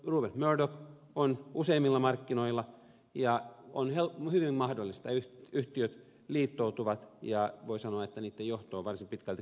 rupert murdoch on useimmilla markkinoilla ja on hyvin mahdollista että yhtiöt liittoutuvat ja voi sanoa että niitten johto on varsin pitkälti kansainvälistä